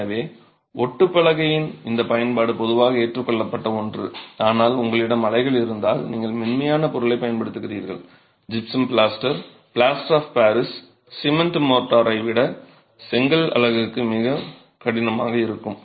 எனவே ஒட்டு பலகையின் இந்த பயன்பாடு பொதுவாக ஏற்றுக்கொள்ளப்பட்ட ஒன்று ஆனால் உங்களிடம் அலைகள் இருந்தால் நீங்கள் மென்மையான பொருளைப் பயன்படுத்துகிறீர்கள் gypsum plaster plaster of Paris cement மோர்டாரை விட செங்கல் அலகுக்கு மிகவும் கடினமாக இருக்கும்